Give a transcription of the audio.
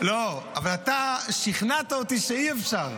--- אבל אתה שכנעת אותי שאי-אפשר.